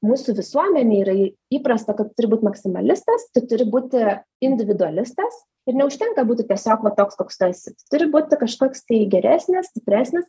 mūsų visuomenėj ir įprasta kad turi būt maksimalistas tu turi būti individualistas ir neužtenka būti tiesiog va toks koks tu esi turi būti kažkoks tai geresnis stipresnis